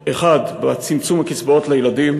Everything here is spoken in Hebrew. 1. צמצום הקצבאות לילדים